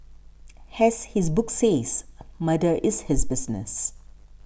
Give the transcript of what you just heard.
has his book says Murder is his business